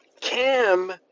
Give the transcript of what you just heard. Cam